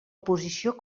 posició